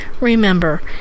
remember